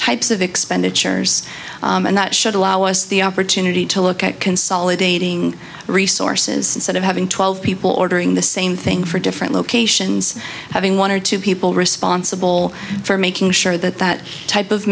types of expenditures and that should allow us the opportunity to look at consolidating resources sort of having twelve people ordering the same thing for different locations having one or two people responsible for making sure that that type of